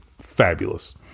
fabulous